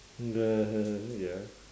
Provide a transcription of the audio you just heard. okay ya